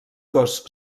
gos